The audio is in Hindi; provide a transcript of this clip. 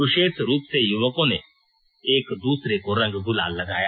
विशेष रूप से युवकों ने एक दूसरे को रंग गुलाल लगाया